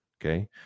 okay